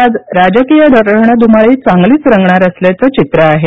आज राजकीय रणधुमाळी चांगलीच रंगणार असल्याचं चित्र आहे